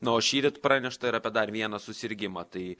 na o šįryt pranešta ir apie dar vieną susirgimą tai